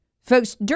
Folks